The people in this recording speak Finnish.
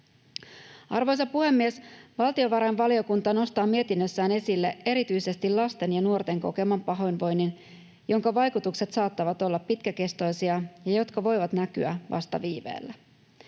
Arvoisa puhemies! Valtiovarainvaliokunta nostaa mietinnössään esille erityisesti lasten ja nuorten kokeman pahoinvoinnin, jonka vaikutukset saattavat olla pitkäkestoisia ja voivat näkyä vasta viiveellä.